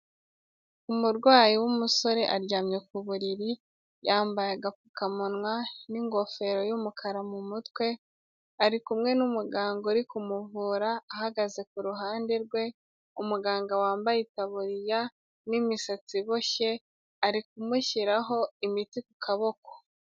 Umurwayi w'umusore aryamye ku buriri, yambaye agapfukamunwa n'igofero y'umukara mu mutwe, arikumwe n'umuganga uri kumuvura ahagaze ku ruhande rwe, umuganga wambaye itaburiya n'imisatsi iboshye ari kumushyiraho imiti ku kaboko.